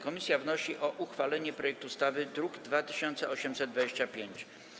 Komisja wnosi o uchwalenie projektu ustawy z druku nr 2825.